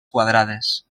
quadrades